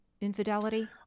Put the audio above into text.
infidelity